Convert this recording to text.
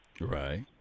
Right